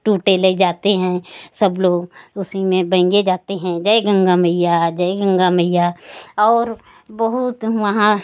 टूटे ले जाते हैं सब लोग उसी में बेंगे जाते हैं जय गंगा मईया जय गंगा मईया और बहुत ओहाँ